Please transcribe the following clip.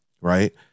Right